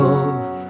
Love